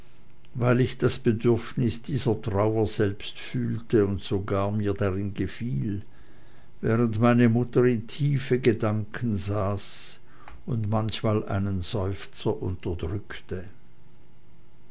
weil ich das bedürfnis dieser trauer selbst fühlte und mir sogar darin gefiel während meine mutter in tiefen gedanken saß und manchmal einen seufzer unterdrückte